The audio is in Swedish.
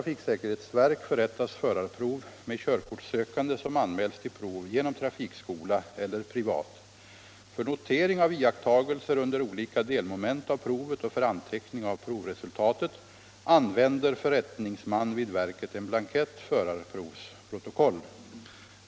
För notering av iakttagelser under olika delmoment av provet och för anteckning av provresultatet använder förrättningsman vid verket en blankett, Förarprovsprotokoll.